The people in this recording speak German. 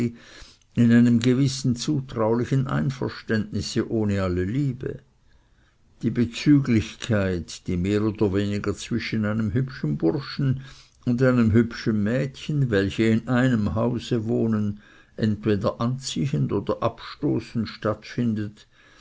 in einem gewissen zutraulichen einverständnisse ohne alle liebe die bezüglichkeit die mehr oder weniger zwischen einem hübschen burschen und einem hübschen mädchen welche in einem hause wohnen entweder anziehend oder abstoßend stattfindet